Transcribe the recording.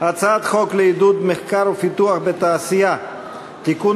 הצעת חוק לעידוד מחקר ופיתוח בתעשייה (תיקון